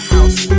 House